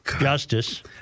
Justice